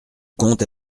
comte